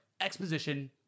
exposition